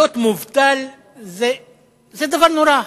להיות מובטל זה דבר נורא,